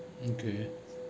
okay